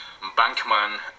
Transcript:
bankman